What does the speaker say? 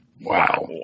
Wow